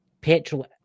petrol